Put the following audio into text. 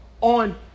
on